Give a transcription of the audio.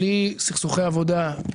בלי סכסוכי עבודה,